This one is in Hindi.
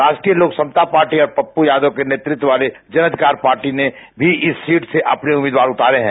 राष्ट्रीय लोक समता पार्टी और पप्पू यादव के नेतृत्व वाले जन अधिकार पार्टी ने भी इस सीट से अपने उम्मीदवार उतारे हैं